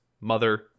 mother